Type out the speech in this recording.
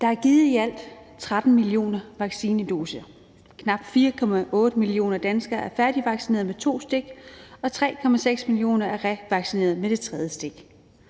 Der er givet i alt 13 millioner vaccinedoser. Knap 4,8 millioner danskere er færdigvaccineret med to stik, og 3,6 millioner er revaccineret med det tredje stik.